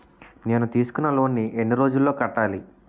నేను తీసుకున్న లోన్ నీ ఎన్ని రోజుల్లో కట్టాలి?